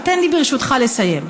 תן לי, ברשותך, לסיים.